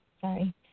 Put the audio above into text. Sorry